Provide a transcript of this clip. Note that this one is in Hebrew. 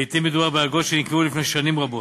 לעתים מדובר באגרות שנקבעו לפני שנים רבות.